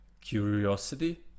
curiosity